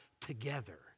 together